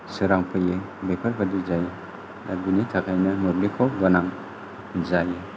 सोरां फैयो बेफोरबादि जायो दा बिनि थाखायनो मोब्लिबखौ गोनां जायो